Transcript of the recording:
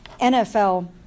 NFL